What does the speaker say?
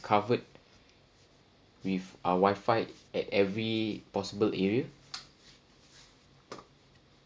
covered with ah wifi at every possible area